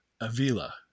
Avila